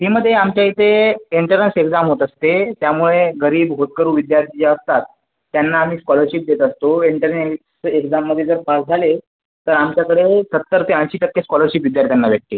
मेमध्ये आमच्या इथे entrance exam होत असते त्यामुळे गरीब होतकरू विद्यार्थी जे असतात त्यांना आम्ही स्कॉलरशिप देत असतो एन्ट्रन्स एक्झाममध्ये जर पास झाले तर आमच्याकडे सत्तर ते ऐंशी टक्के स्कॉलरशिप विद्यार्थ्यांना भेटते